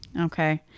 okay